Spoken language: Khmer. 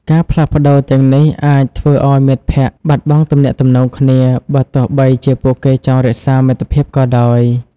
ការផ្លាស់ប្តូរទាំងនេះអាចធ្វើឱ្យមិត្តភក្តិបាត់បង់ទំនាក់ទំនងគ្នា បើទោះបីជាពួកគេចង់រក្សាមិត្តភាពក៏ដោយ ។